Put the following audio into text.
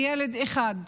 בילד אחד.